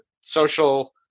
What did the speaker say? social